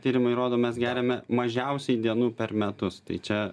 tyrimai rodo mes geriame mažiausiai dienų per metus tai čia